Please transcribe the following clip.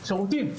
שירותים.